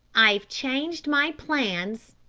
i've changed my plans,